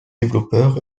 développeurs